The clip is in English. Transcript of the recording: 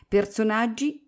Personaggi